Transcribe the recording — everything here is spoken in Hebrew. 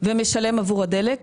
ומשלם עבור הדלק,